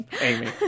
Amy